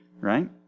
right